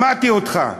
שמעתי אותך.